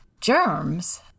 Germs